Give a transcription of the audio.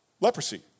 leprosy